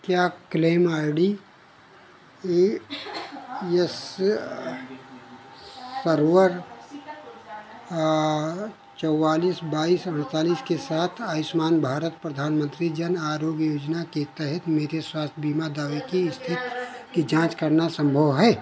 क्या claim I D A S server चौवालीस बाईस अढ़तालीस के साथ आयुष्मान भारत परधानमन्त्री जन आरोग्य योजना के तहत मेरे स्वास्थ्य बीमा दावे की स्थिति की जाँच करना संभव है